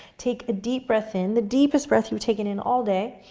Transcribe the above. take a deep breath in, the deepest breath you've taken in all day.